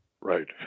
Right